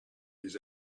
his